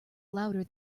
louder